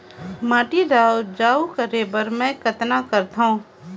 माटी ल उपजाऊ करे बर मै कतना करथव?